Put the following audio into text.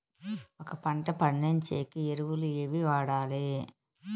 ఒక పంట పండించేకి ఎరువులు ఏవి వాడాలి?